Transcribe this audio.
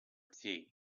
tea